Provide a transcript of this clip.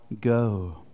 go